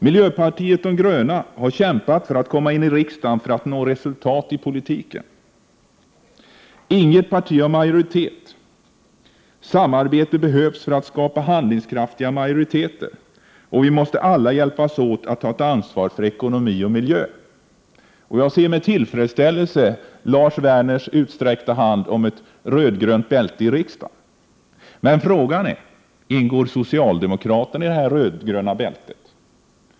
Miljöpartiet de gröna har kämpat för att komma in i riksdagen för att kunna nå resultat i politiken. Inget parti har majoritet, utan samarbete behövs för att man skall kunna skapa handlingskraftiga majoriteter. Vi måste alla hjälpas åt att ta ansvar för ekonomi och miljö. Jag ser med tillfredsställelse Lars Werners utsträckta hand när det gäller ett röd-grönt bälte i riksdagen. Frågan är dock om socialdemokraterna ingår i det här bältet.